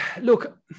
look